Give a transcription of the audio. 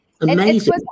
Amazing